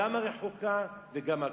גם הרחוקה וגם הקרובה.